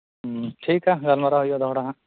ᱴᱷᱤᱠᱟ ᱜᱟᱞᱢᱟᱨᱟᱣ ᱦᱩᱭᱩᱜᱼᱟ ᱫᱚᱦᱲᱟ ᱦᱟᱸᱜ